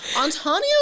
Antonio